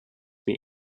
wir